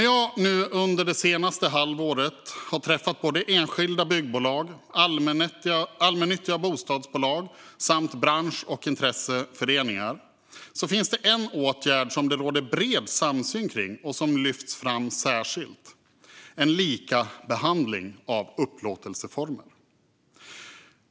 Jag har under det senaste halvåret träffat såväl enskilda byggbolag som allmännyttiga bostadsbolag och bransch och intresseföreningar. Det finns en åtgärd som det råder bred samsyn kring och som särskilt lyfts fram. Det handlar om en likabehandling av olika upplåtelseformer.